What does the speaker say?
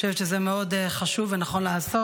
אני חושבת שזה מאוד חשוב ונכון לעשות.